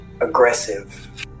aggressive